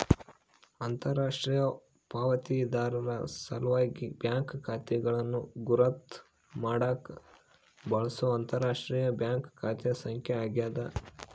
ಅಂತರರಾಷ್ಟ್ರೀಯ ಪಾವತಿದಾರರ ಸಲ್ವಾಗಿ ಬ್ಯಾಂಕ್ ಖಾತೆಗಳನ್ನು ಗುರುತ್ ಮಾಡಾಕ ಬಳ್ಸೊ ಅಂತರರಾಷ್ಟ್ರೀಯ ಬ್ಯಾಂಕ್ ಖಾತೆ ಸಂಖ್ಯೆ ಆಗ್ಯಾದ